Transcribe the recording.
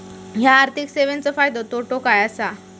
हया आर्थिक सेवेंचो फायदो तोटो काय आसा?